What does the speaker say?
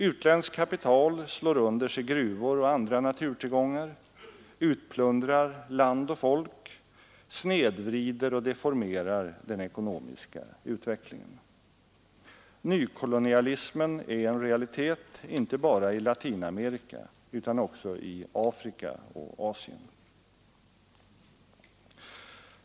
Utländskt kapital slår under sig gruvor och andra naturtillgångar, utplundrar land och folk, snedvrider och deformerar den ekonomiska utvecklingen. Nykolonialismen är en realitet inte bara i Latinamerika utan också i Afrika och Asien.